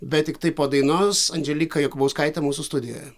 bet tiktai po dainos andželika jakubauskaitė mūsų studijoje